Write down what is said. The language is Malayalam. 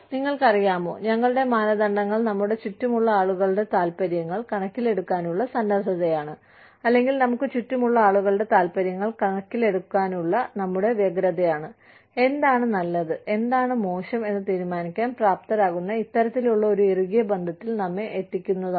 നിങ്ങൾക്കറിയാമോ ഞങ്ങളുടെ മാനദണ്ഡങ്ങൾ നമ്മുടെ ചുറ്റുമുള്ള ആളുകളുടെ താൽപ്പര്യങ്ങൾ കണക്കിലെടുക്കാനുള്ള സന്നദ്ധതയാണ് അല്ലെങ്കിൽ നമുക്ക് ചുറ്റുമുള്ള ആളുകളുടെ താൽപ്പര്യങ്ങൾ കണക്കിലെടുക്കാനുള്ള നമ്മുടെ വ്യഗ്രതയാണ് എന്താണ് നല്ലത് എന്താണ് മോശം എന്ന് തീരുമാനിക്കാൻ പ്രാപ്തരാക്കുന്ന ഇത്തരത്തിലുള്ള ഒരു ഇറുകിയ ബന്ധത്തിൽ നമ്മെ എത്തിക്കുന്നതാണ്